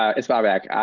um it's babeck.